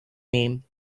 name